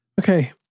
Okay